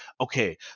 Okay